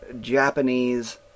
Japanese